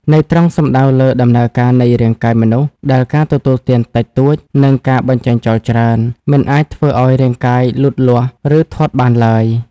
ន័យត្រង់សំដៅលើដំណើរការនៃរាងកាយមនុស្ស ដែលការទទួលទានតិចតួច និងការបញ្ចេញចោលច្រើន មិនអាចធ្វើឱ្យរាងកាយលូតលាស់ ឬធាត់បានឡើយ។